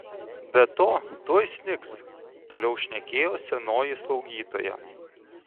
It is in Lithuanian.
be to tuoj snigs toliau šnekėjo senoji slaugytoja